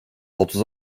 otuz